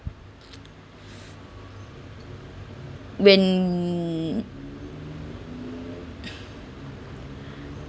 when